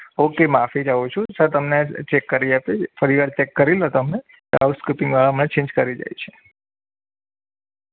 okay માફી ચાહું છું સર તમને ચેક કરી આપી ફરી વાર ચેક કરી લો તમને હાઉસ કીપીંગવાળા હમણાં ચેન્જ કરી જાય છે